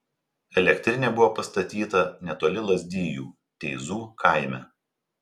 elektrinė buvo pastatyta netoli lazdijų teizų kaime